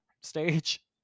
stage